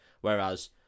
whereas